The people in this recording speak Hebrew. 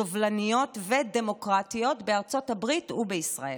סובלניות ודמוקרטיות, בארצות הברית ובישראל,